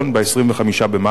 ב-25 במאי,